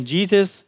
Jesus